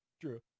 True